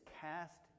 cast